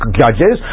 judges